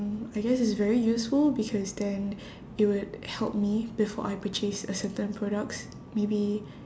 I guess it's very useful because then it would help me before I purchase a certain products maybe